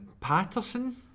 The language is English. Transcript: Patterson